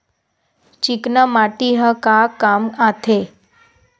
चिकना माटी ह का काम आथे?